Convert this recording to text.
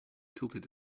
tilted